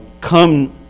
come